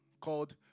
called